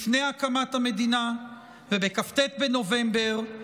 לפני הקמת המדינה ובכ"ט בנובמבר,